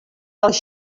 els